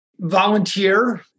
Volunteer